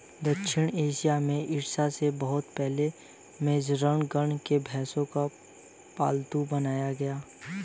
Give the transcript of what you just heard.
दक्षिण एशिया में ईसा से बहुत पहले मेहरगढ़ में भेंड़ों को पालतू बनाया गया